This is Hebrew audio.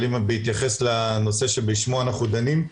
אבל אם בהתייחס לנושא שבו אנחנו דנים,